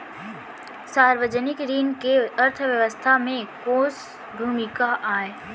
सार्वजनिक ऋण के अर्थव्यवस्था में कोस भूमिका आय?